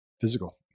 physical